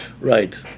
Right